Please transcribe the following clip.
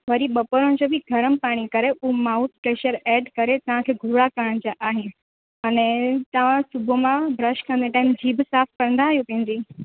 वरी बपरन जो बि गरम पाणी करे हूअ माउथ फैशर एड करे तव्हांखे भूरा करण जा आहिनि अने तव्हां सुबुह मां ब्रश कंदे टाइम जीभु साफ़ कंदा आहियो पंहिंजी